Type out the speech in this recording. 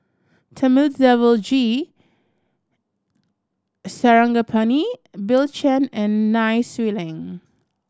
Thamizhavel G Sarangapani Bill Chen and Nai Swee Leng